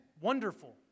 wonderful